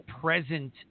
present